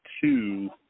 two